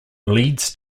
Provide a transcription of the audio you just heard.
leads